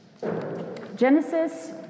Genesis